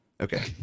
Okay